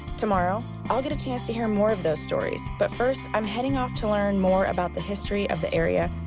tomorrow, i'll get a chance to hear more of those stories, but first, i'm heading off to learn more about the history of the area,